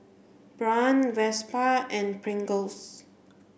Braun Vespa and Pringles